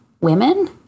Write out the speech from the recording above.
women